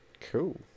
Cool